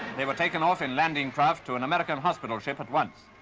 they were taken off in landing craft to an american hospital ship at once.